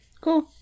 Cool